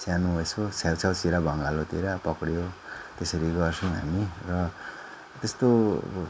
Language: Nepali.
सानो यसो छेउ छाउतिर भङ्गालोतिर पक्र्यो त्यसरी गर्छौँ हामी र त्यस्तो